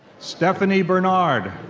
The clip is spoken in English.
stephanie bernard.